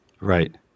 right